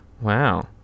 Wow